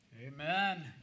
Amen